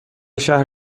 شهر